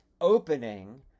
opening